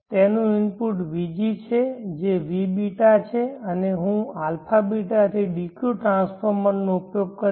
તેનું input vg છે જે vβ છે અને હું αβ થી dq ટ્રાન્સફોર્મરનો ઉપયોગ કરીશ